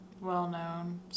well-known